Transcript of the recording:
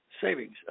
savings